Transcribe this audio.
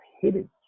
hidden